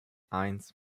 eins